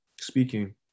speaking